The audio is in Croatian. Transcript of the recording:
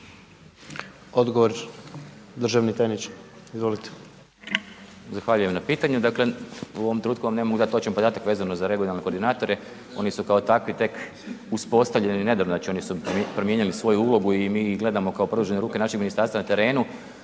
Odgovor državni tajniče, izvolite. **Žunac, Velimir** Zahvaljujem na pitanju. Dakle u ovom trenutku vam ne mogu dati točan podatak vezano za regionalne koordinatore, oni su kao takvi tek uspostavljeni nedavno, znači oni su promijenili svoju ulogu i mi ih gledamo kao produžene ruke našeg ministarstva na terenu